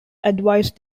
advised